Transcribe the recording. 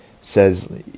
says